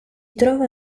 trova